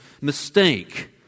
mistake